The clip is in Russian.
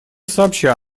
сообща